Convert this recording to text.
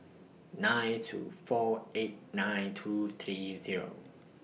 nine two four eight nine two three Zero